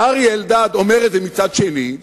ואריה אלדד אומר את זה מצד שני,